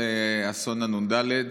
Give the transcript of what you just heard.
אסון הנ"ד.